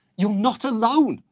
you're not alone!